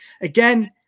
Again